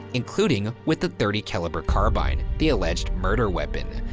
including with a thirty caliber carbine, the alleged murder weapon.